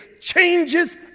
changes